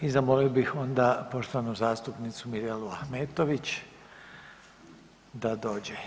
I zamolio bih onda poštovanu zastupnicu Mirelu Ahmetović da dođe.